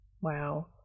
Wow